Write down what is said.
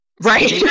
Right